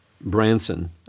Branson